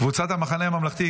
קבוצת המחנה הממלכתי,